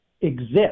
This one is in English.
exist